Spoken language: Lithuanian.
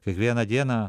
kiekvieną dieną